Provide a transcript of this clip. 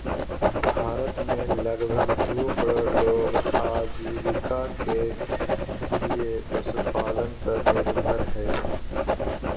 भारत में लगभग दू करोड़ लोग आजीविका के लिये पशुपालन पर निर्भर हइ